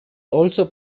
also